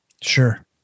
Sure